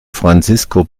francisco